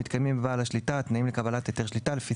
מתקיימים בבעל השליטה התנאים לקבלת היתר שליטה לפי